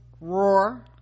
Roar